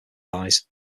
eyes